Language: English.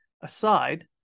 aside